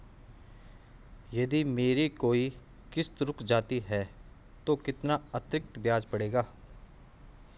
यदि मेरी कोई किश्त रुक जाती है तो कितना अतरिक्त ब्याज पड़ेगा?